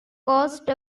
caused